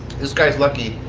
this guy's lucky.